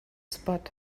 spot